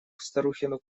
старухину